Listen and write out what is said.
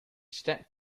stepped